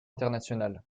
international